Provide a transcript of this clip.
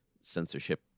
censorship